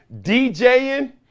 DJing